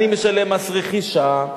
אני משלם מס רכישה,